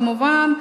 כמובן,